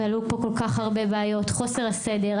ועלו פה כל כך הרבה בעיות: חוסר הסדר,